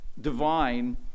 divine